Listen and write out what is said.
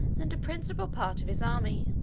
and a principal part of his army,